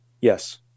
Yes